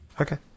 okay